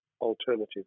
alternative